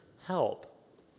help